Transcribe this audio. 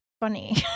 funny